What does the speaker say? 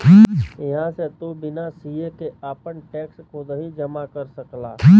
इहां से तू बिना सीए के आपन टैक्स खुदही जमा कर सकला